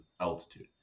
altitude